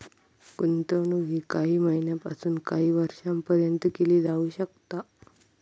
गुंतवणूक ही काही महिन्यापासून काही वर्षापर्यंत केली जाऊ शकता